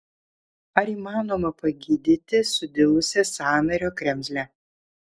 ar įmanoma pagydyti sudilusią sąnario kremzlę